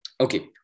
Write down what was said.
Okay